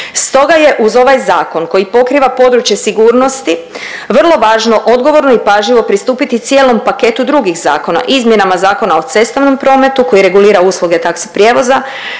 Stoga je uz ovaj zakon koji pokriva područje sigurnosti vrlo važno odgovorno i pažljivo pristupiti cijelom paketu drugih zakona, izmjenama Zakona o cestovnom prometu koji regulira usluge taksi prijevoza,